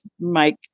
Mike